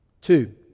Two